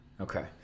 okay